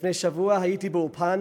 לפני שבוע הייתי באולפן,